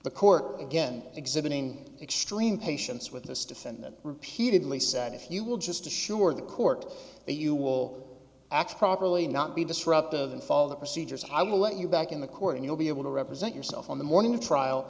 the court again exhibiting extreme patience with this defendant repeatedly said if you will just assure the court they you will act properly not be disruptive and follow the procedures i will let you back in the court and you'll be able to represent yourself on the morning of trial